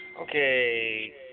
Okay